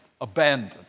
abandoned